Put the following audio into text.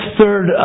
third